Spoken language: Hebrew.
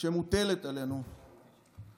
שמוטלת עלינו היא